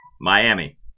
Miami